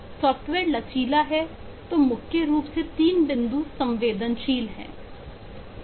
software लचीला है तो मुख्य रूप से तीन बिंदु संवेदनशील है